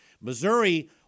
Missouri